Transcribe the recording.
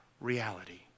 reality